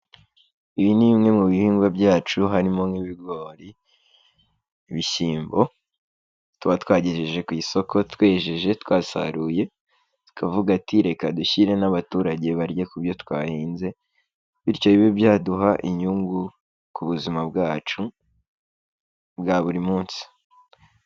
Ibi nimwe mu bihingwa byacu harimo nk'ibigori, ibishyimbo tuba twagejeje ku isoko twejeje twasaruye, tukavuga ati "reka dushyire n'abaturage barye ku byo twahinze'' bityo bibe byaduha inyungu ku buzima bwacu bwa buri munsi.